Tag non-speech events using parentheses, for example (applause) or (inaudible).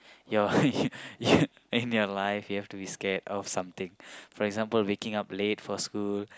your (laughs) in your life you have to be scared of something for example waking up late for school